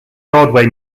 broadway